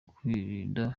kwirinda